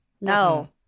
No